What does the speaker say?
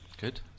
Good